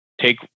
take